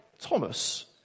Thomas